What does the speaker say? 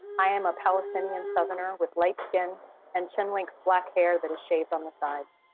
i am a palestinian southerner with light skin and chin-length black hair that is shaved on the sides.